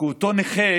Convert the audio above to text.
כי אותו נכה